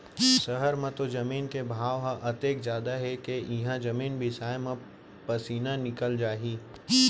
सहर म तो जमीन के भाव ह अतेक जादा हे के इहॉं जमीने बिसाय म पसीना निकल जाही